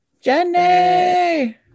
Jenny